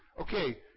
okay